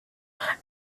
are